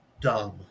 dumb